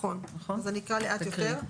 נכון, אז אני אקרא לאט יותר.